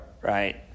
right